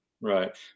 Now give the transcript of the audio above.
Right